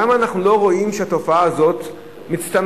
למה אנחנו לא רואים שהתופעה הזאת מצטמצמת